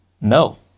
No